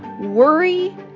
Worry